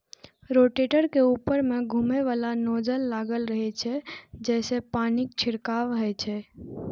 rotator के ऊपर मे घुमैबला नोजल लागल रहै छै, जइसे पानिक छिड़काव होइ छै